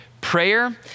Prayer